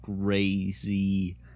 crazy